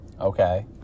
Okay